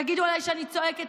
תגידו אולי שאני צועקת,